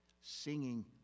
singing